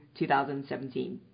2017